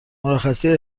مرخصی